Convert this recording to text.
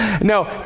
No